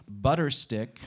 Butterstick